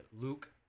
Luke